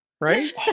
right